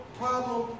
problem